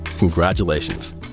Congratulations